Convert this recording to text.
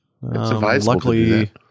luckily